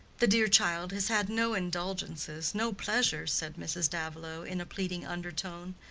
the dear child has had no indulgences, no pleasures, said mrs. davilow, in a pleading undertone.